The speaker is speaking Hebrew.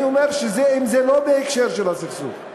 אני אומר, אם זה לא בהקשר של הסכסוך,